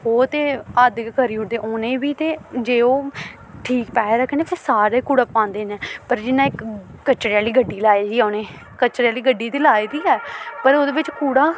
ओह् ते हद्द गै करी ओड़दे उ'नेंगी बी ते जे ओह् ठीक पैहे रक्खन इक ते सारे कूड़ा पांदे न पर जियां एह् कचरा आह्ली गड्डी लाई दी ऐ उ'नें कचरे आह्ली गड्डी ते लाई दी ऐ पर ओह्दे बिच्च कूड़ा